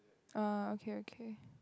ah okay okay